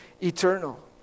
eternal